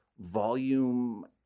volume